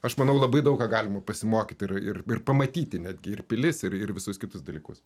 aš manau labai daug ką galima pasimokyt ir ir ir pamatyti netgi ir pilis ir ir visus kitus dalykus